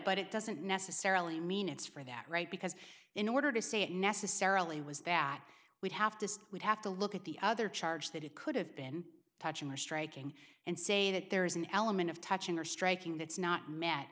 but it doesn't necessarily mean it's for that right because in order to say it necessarily was that we'd have to would have to look at the other charge that it could have been touching or striking and say that there is an element of touching or striking that's not met